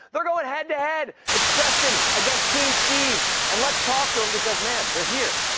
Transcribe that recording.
they're going head to head. it's preston against team steve and let's talk to them because, man, they're here.